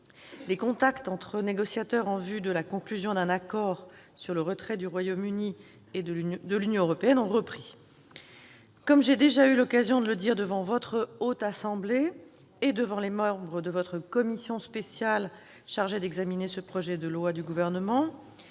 les contacts entre négociateurs en vue de la conclusion d'un accord sur le retrait du Royaume-Uni de l'Union européenne ont repris. Comme j'ai déjà eu l'occasion de le dire devant la Haute Assemblée et devant les membres de votre commission spéciale chargée d'examiner ce projet de loi, le temps